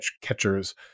catchers